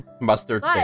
Mustard